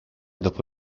dopo